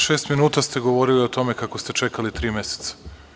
Šest minuta ste govorili o tome kako ste čekali tri meseca.